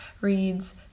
reads